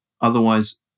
otherwise